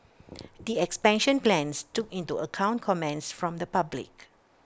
the expansion plans took into account comments from the public